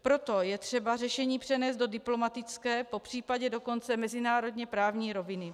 Proto je třeba řešení přenést do diplomatické, popř. dokonce mezinárodněprávní roviny.